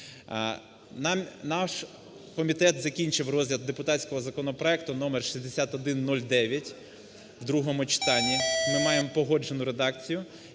Наш комітет закінчив розгляд депутатського законопроекту номер 6109 в другому читанні. Ми маємо погоджену редакцію.